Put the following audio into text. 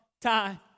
time